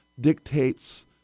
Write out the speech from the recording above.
dictates